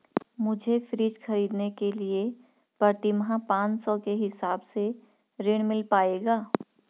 मुझे फ्रीज खरीदने के लिए प्रति माह पाँच सौ के हिसाब से ऋण मिल पाएगा?